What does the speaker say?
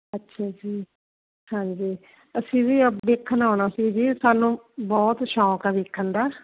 ਅੱਛਾ ਜੀ ਹਾਂਜੀ ਅਸੀਂ ਜੀ ਅਬ ਦੇੇੇਖਣ ਆਉਣਾ ਸੀ ਜੀ ਸਾਨੂੰ ਬਹੁਤ ਸ਼ੌਂਕ ਹੈ ਦੇਖਣ ਦਾ